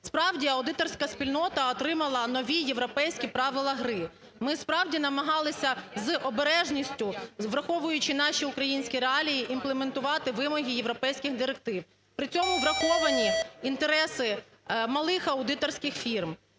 справді аудиторська спільнота отримала нові європейські правила гри, ми справді намагалися з обережністю, враховуючи наші українські реалії, імплементувати вимоги європейських директив. При цьому враховані інтереси малих аудиторських фірм,